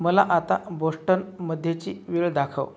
मला आता बोस्टनमध्येची वेळ दाखव